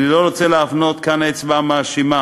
אני לא רוצה להפנות כאן אצבע מאשימה,